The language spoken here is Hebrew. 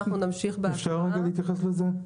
אפשר רגע להתייחס לזה?